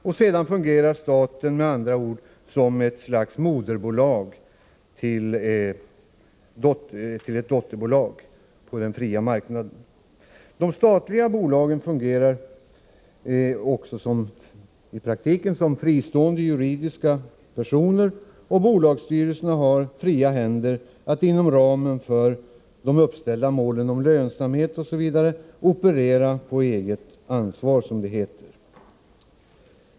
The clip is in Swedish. Staten fungerar med andra ord som ett slags moderbolag gentemot ett dotterbolag på dens.k. fria marknaden. De statliga bolagen fungerar i praktiken också som fristående juridiska personer, och bolagsstyrelserna har fria händer att inom ramen för de uppställda målen om lönsamhet osv. operera på eget ansvar, som det heter.